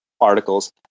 articles